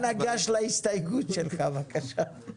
אנא גש להסתייגות שלך, בבקשה.